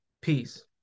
Peace